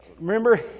remember